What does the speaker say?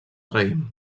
raïm